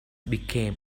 became